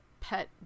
pet